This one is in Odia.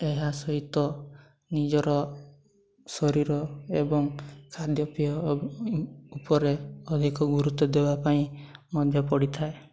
ଏହା ସହିତ ନିଜର ଶରୀର ଏବଂ ଖାଦ୍ୟପେୟ ଉପରେ ଅଧିକ ଗୁରୁତ୍ୱ ଦେବା ପାଇଁ ମଧ୍ୟ ପଡ଼ିଥାଏ